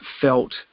felt